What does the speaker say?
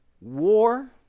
war